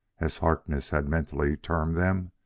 as harkness had mentally termed them,